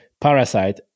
parasite